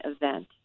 event